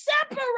separate